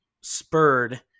spurred